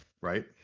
right